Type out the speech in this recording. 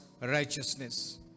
righteousness